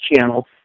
channel